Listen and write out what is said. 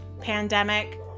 pandemic